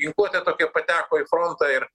ginkluotė tokia pateko į frontą ir